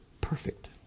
perfect